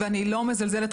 ואני לא מזלזלת,